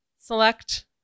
select